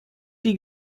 die